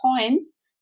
points